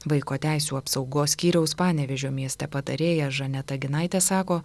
vaiko teisių apsaugos skyriaus panevėžio mieste patarėja žaneta ginaitė sako